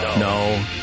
No